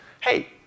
hey